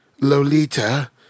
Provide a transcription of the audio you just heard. Lolita